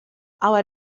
our